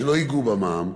שלא ייגעו במע"מ,